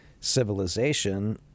civilization